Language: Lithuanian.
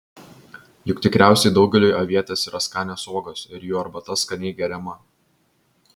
juk tikriausiai daugeliui avietės yra skanios uogos ir jų arbata skaniai geriama